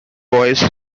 boys